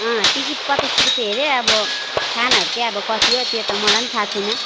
अँ टिकट पचास रुपियाँ अरे अब खानाहरू चाहिँ अब कति हो त्यो त मलाई पनि थाहा छैन